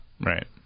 Right